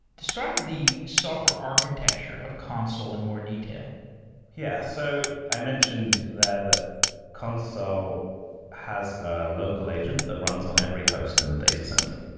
describe the software architecture of consul in more detail yeah. so i mentioned there that consul so has a local agent that runs on every host in the data center.